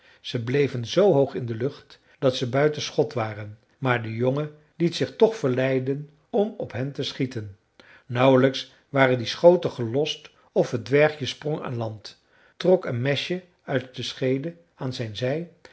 ze bleven zoo hoog in de lucht dat ze buiten schot waren maar de jongen liet zich toch verleiden om op hen te schieten nauwelijks waren die schoten gelost of het dwergje sprong aan land trok een mesje uit de scheede aan zijn zij